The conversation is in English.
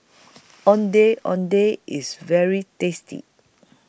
Ondeh Ondeh IS very tasty